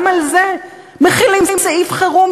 גם על זה מחילים סעיף חירום,